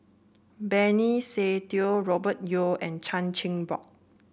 Benny Se Teo Robert Yeo and Chan Chin Bock